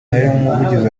n’umuvugizi